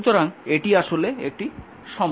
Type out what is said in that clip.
সুতরাং এটি আসলে একটি সমস্যা